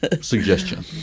suggestion